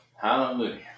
Hallelujah